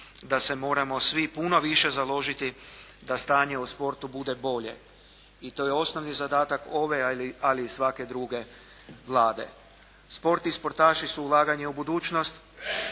da se moramo svi puno više založiti da stanje u sportu bude bolje i to je osnovni zadatak ove, ali i svake druge Vlade. Sport i sportaši su ulaganje u budućnost,